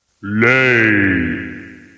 Lay